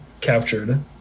captured